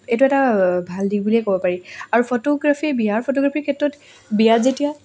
এইটো এটা ভাল দিশ বুলিয়ে ক'ব পাৰি আৰু ফটোগ্ৰাফী বিয়াৰ ফটোগ্ৰাফীৰ ক্ষেত্ৰত বিয়াত যেতিয়া